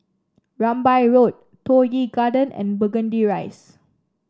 Rambai Road Toh Yi Garden and Burgundy Rise